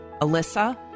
Alyssa